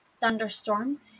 thunderstorm